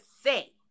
say